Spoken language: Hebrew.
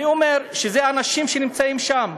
אני אומר שאלה אנשים שנמצאים שם,